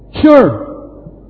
Sure